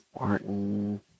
Martin